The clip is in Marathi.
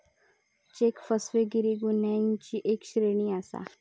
चेक फसवेगिरी गुन्ह्यांची एक श्रेणी आसा